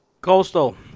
Coastal